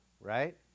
right